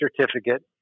certificate